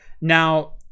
Now